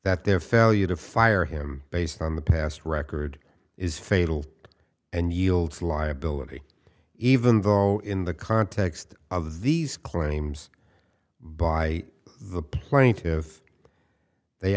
that their failure to fire him based on the past record is fatal and yields liability even though in the context of these claims by the plaintiffs they